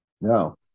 No